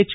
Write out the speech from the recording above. H